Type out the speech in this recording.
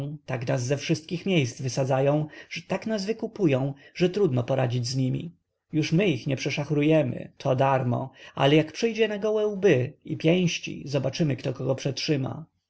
tak nas ze wszystkich miejsc wysadzają tak nas wykupują że trudno poradzić z nimi już my ich nie przeszachrujemy to darmo ale jak przyjdzie na gołe łby i pięści zobaczymy kto kogo przetrzyma